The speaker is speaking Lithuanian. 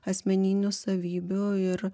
asmeninių savybių ir